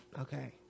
Okay